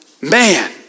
man